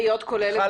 שחבר הכנסת